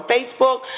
Facebook